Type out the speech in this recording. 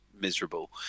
miserable